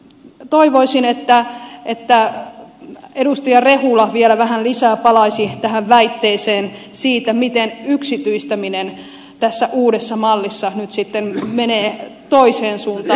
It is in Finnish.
toivoisin että edustaja rehula vielä vähän lisää palaisi tähän väitteeseen siitä miten yksityistäminen tässä uudessa mallissa nyt sitten menee toiseen suuntaan